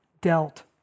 dealt